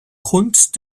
kunst